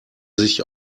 sich